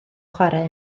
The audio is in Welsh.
chwarae